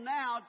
now